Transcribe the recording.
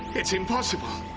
it's impossible!